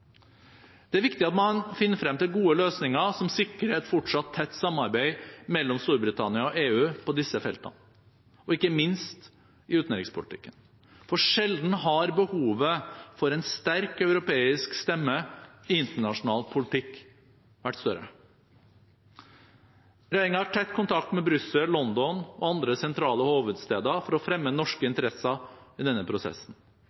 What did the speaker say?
Det er viktig at man finner frem til gode løsninger som sikrer et fortsatt tett samarbeid mellom Storbritannia og EU på disse feltene, ikke minst i utenrikspolitikken, for sjelden har behovet for en sterk europeisk stemme i internasjonal politikk vært større. Regjeringen har tett kontakt med Brussel, London og andre sentrale hovedsteder for å fremme norske interesser i denne prosessen.